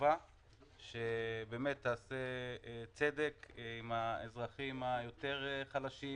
חשובה שבאמת תעשה צדק עם אזרחים היותר חלשים,